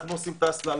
אנחנו עושים את ההסללה,